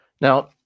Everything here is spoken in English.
Now